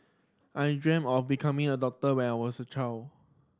I dreamt of becoming a doctor when I was a child